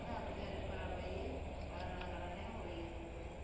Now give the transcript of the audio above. அதுவும் அப்படி தான் ரிப்பேராக போய் கடகடகடன்னே ஓடிக்கிட்டுருக்குது